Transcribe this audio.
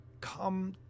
come